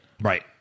Right